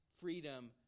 freedom